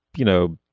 you know,